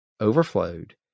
overflowed